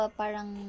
parang